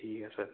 ঠিক আছে